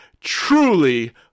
truly